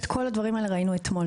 את כל הדברים האלה ראינו אתמול.